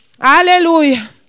Hallelujah